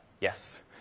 yes